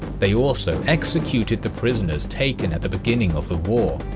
they also executed the prisoners taken at the beginning of the war.